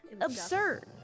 Absurd